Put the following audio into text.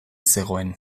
zegoen